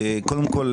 קודם כול,